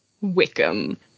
Wickham